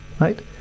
Right